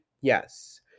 yes